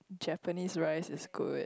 Japanese rice is good